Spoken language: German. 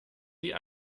die